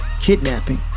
kidnapping